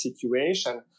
situation